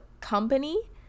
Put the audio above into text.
company